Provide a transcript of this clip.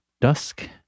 dusk